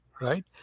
right